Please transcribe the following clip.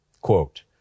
Quote